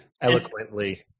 eloquently